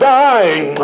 dying